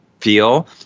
feel